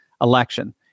election